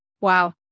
Wow